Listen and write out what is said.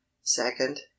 second